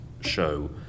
show